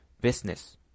business